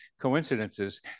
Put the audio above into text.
coincidences